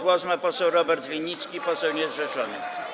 Głos ma poseł Robert Winnicki, poseł niezrzeszony.